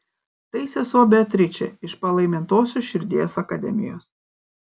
tai sesuo beatričė iš palaimintosios širdies akademijos